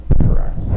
correct